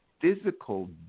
physical